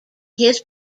his